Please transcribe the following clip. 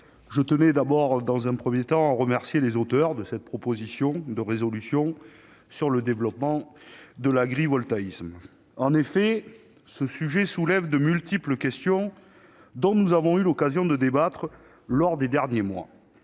je tiens, dans un premier temps, à remercier les auteurs de cette proposition de résolution sur le développement de l'agrivoltaïsme. En effet, ce sujet soulève de multiples questions, dont nous avons eu l'occasion de débattre au cours des derniers mois